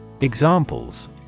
Examples